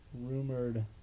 rumored